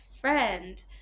friend